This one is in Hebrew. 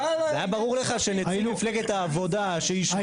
זה היה ברור לך שנציג מפלגת העבודה שהשווה